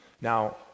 Now